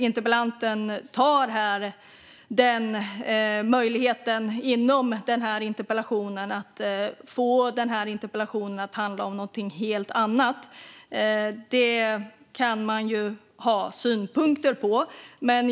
Interpellanten tar möjligheten att få denna interpellation att handla om något helt annat. Det kan man ju ha synpunkter på.